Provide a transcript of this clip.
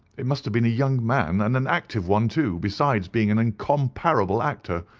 it must have been a young man, and an active one, too, besides being an incomparable actor.